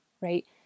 right